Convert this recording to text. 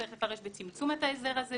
צריך לפרש בצמצום את ההסדר הזה,